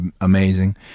amazing